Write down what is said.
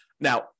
now